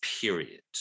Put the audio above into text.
period